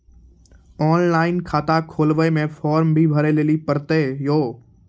Online खाता खोलवे मे फोर्म भी भरे लेली पड़त यो?